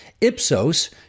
Ipsos